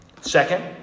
Second